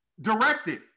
directed